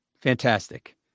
Fantastic